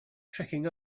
tricking